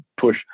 push